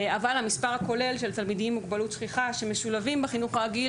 אבל המספר הכולל של תלמידים עם מוגבלות שכיחה שמשולבים בחינוך הרגיל,